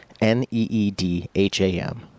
n-e-e-d-h-a-m